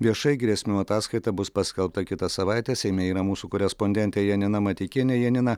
viešai grėsmių ataskaita bus paskelbta kitą savaitę seime yra mūsų korespondentė janina mateikienė janina